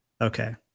okay